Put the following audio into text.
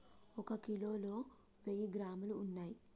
ఒక కిలోలో వెయ్యి గ్రాములు ఉన్నయ్